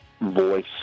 voice